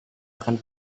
akan